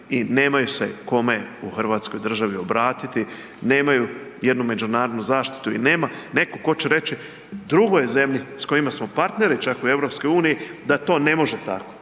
i nemaju se kome u Hrvatskoj državi obratiti, nemaju jednu međunarodnu zaštitu i nema neko ko će reći drugoj zemlji s kojima smo partneri čak u EU da to ne može tako.